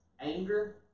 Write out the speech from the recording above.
anger